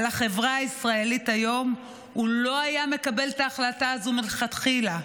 החברה הישראלית היום הוא לא היה מקבל את ההחלטה הזו מלכתחילה.